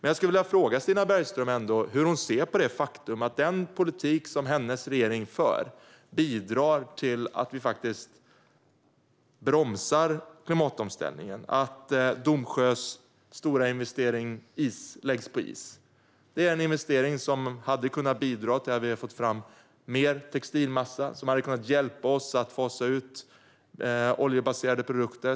Jag skulle vilja fråga Stina Bergström hur hon ser på det faktum att den politik som hennes regering för bidrar till att vi faktiskt bromsar klimatomställningen och att Domsjös stora investering läggs på is. Den investeringen hade kunnat bidra till att få fram mer textilmassa som hade kunnat hjälpa oss att fasa ut oljebaserade produkter.